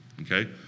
okay